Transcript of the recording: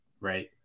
right